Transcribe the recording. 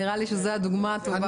נראה לי שזאת הדוגמה הטובה ביותר.